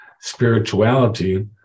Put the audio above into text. spirituality